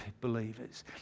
believers